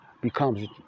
becomes